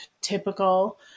typical